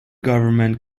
government